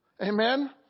Amen